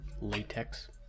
latex